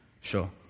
Sure